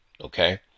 Okay